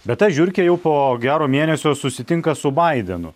bet ta žiurkė jau po gero mėnesio susitinka su baidenu